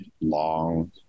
long